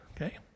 Okay